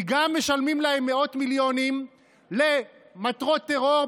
כי גם משלמים להם מאות מיליונים למטרות טרור,